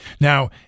Now